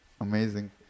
amazing